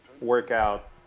workout